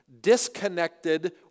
disconnected